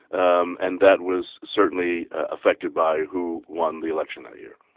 um and that was certainly affected by who won the election that year